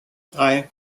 drei